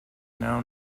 now